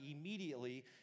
immediately